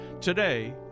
Today